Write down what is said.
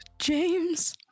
James